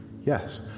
Yes